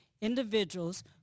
individuals